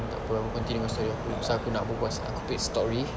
takpe aku continue story aku pasal aku nak berbual aku nya story